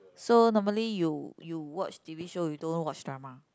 so normally you you watch T_V show you don't know watch drama